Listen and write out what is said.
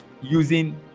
using